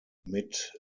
mit